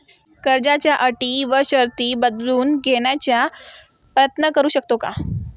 कर्जाच्या अटी व शर्ती बदलून घेण्याचा प्रयत्न करू शकतो का?